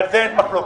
על זה אין מחלוקת.